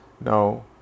no